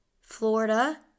Florida